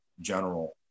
general